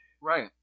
Right